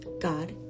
God